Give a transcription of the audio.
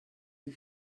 you